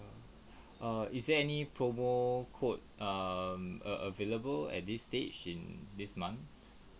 err is there any promo code um a~ available at this stage in this month